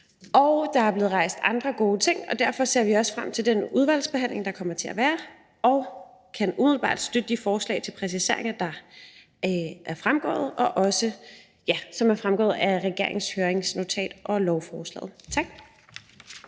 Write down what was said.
Og der er blevet rejst andre gode ting. Derfor ser vi også frem til den udvalgsbehandling, der kommer, og vi kan umiddelbart støtte forslaget og de forslag til præciseringer, der fremgår af regeringens høringsnotat om lovforslaget. Tak.